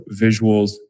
visuals